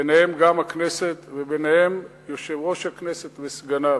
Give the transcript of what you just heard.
ביניהם גם הכנסת וביניהם יושב-ראש הכנסת וסגניו.